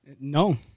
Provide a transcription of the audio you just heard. no